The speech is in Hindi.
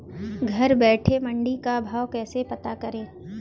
घर बैठे मंडी का भाव कैसे पता करें?